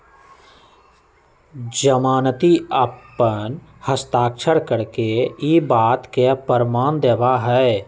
जमानती अपन हस्ताक्षर करके ई बात के प्रमाण देवा हई